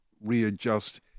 readjust